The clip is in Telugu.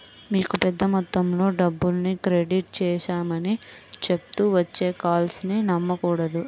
మీకు పెద్ద మొత్తంలో డబ్బుల్ని క్రెడిట్ చేశామని చెప్తూ వచ్చే కాల్స్ ని నమ్మకూడదు